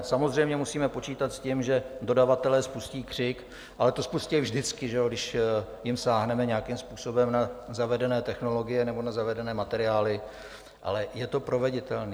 Samozřejmě musíme počítat s tím, že dodavatelé spustí křik, ale to spustí vždycky, když jim sáhneme nějakým způsobem na zavedené technologie nebo na zavedené materiály, ale je to proveditelné.